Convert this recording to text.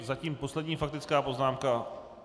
Zatím poslední faktická poznámka.